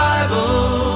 Bible